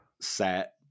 set